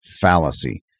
fallacy